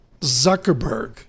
zuckerberg